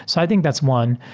so i think that's one.